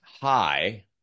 high